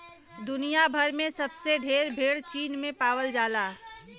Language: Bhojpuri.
दुनिया भर में सबसे ढेर भेड़ चीन में पावल जाला